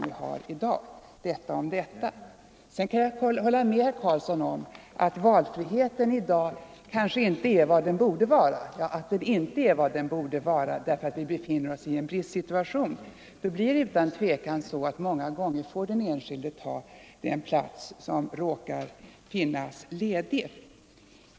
Jag kan vidare hålla med herr Karlsson om att valfriheten i dag inte är vad den borde vara. Med hänsyn till att vi har en bristsituation blir det utan tvivel så att enskilda många gånger får ta den plats som råkar finnas ledig.